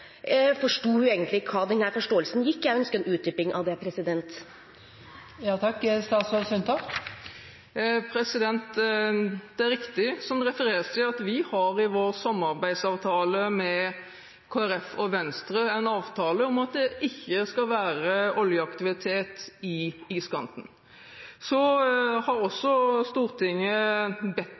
Jeg ønsker en utdyping av det. Det er riktig som det refereres til, at det i vår samarbeidsavtale med Kristelig Folkeparti og Venstre står at det ikke skal være oljeaktivitet i iskanten. Stortinget har også bedt om en oppdatering av forvaltningsplanen i denne stortingsperioden, så jeg mener at det som regjeringen nå har